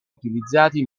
utilizzati